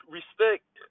Respect